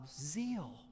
zeal